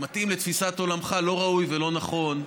מתאים לתפיסת עולמך, לא ראוי ולא נכון,